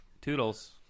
Toodles